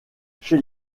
chez